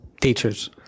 teachers